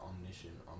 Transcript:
omniscient